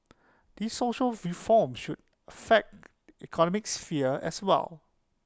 these social reforms sure fact economic sphere as well